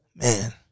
Man